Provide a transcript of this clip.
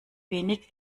wenig